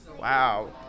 Wow